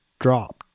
dropped